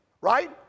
Right